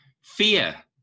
fear